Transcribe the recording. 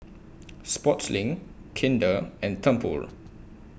Sportslink Kinder and Tempur